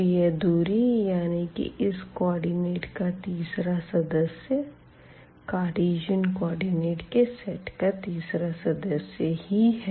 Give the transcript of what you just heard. तो यह दूरी यानी कि इस कोऑर्डिनेट का तीसरा सदस्य कार्टीज़न कोऑर्डिनेट के सेट का तीसरा सदस्य ही है